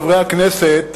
חברי הכנסת,